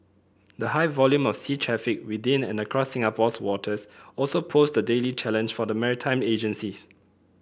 the high volume of sea traffic within and across Singapore's waters also poses a daily challenge for the maritime agencies